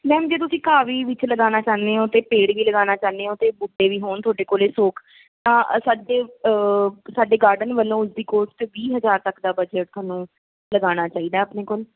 ma'am ਜੇ ਤੁਸੀਂ ਘਾਹ ਵੀ ਵਿੱਚ ਲਗਾਉਣਾ ਚਾਹੁੰਦੇ ਹੋ ਅਤੇ ਪੇੜ ਵੀ ਲਗਾਉਣਾ ਚਾਹੁੰਦੇ ਹੋ ਅਤੇ ਬੂਟੇ ਵੀ ਹੋਣ ਤੁਹਾਡੇ ਕੋਲ ਸੌ ਕੁ ਤਾਂ ਸਾਡੇ ਸਾਡੇ ਗਾਰਡਨ ਵੱਲੋਂ ਉਸਦੀ ਕੋਸਟ ਵੀਹ ਹਜ਼ਾਰ ਤੱਕ ਦਾ ਬਜਟ ਤੁਹਾਨੂੰ ਲਗਾਉਣਾ ਚਾਹੀਦਾ ਆਪਣੇ ਕੋਲ